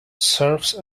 serves